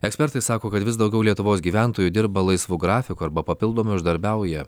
ekspertai sako kad vis daugiau lietuvos gyventojų dirba laisvu grafiku arba papildomai uždarbiauja